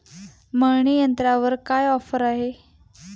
मळणी यंत्रावर काय ऑफर आहे?